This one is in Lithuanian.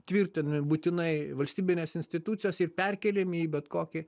tvirtinami būtinai valstybinės institucijos ir perkeliami į bet kokį